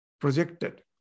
projected